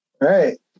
Right